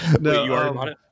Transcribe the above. no